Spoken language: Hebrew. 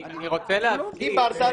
דיברת.